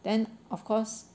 then of course